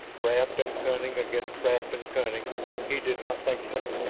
craft and cunning against craft and cunning he did not think so.